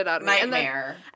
nightmare